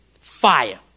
Fire